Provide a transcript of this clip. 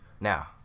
Now